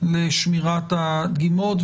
לשמירת הדגימות,